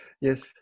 Yes